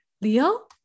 Leo